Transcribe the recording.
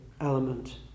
element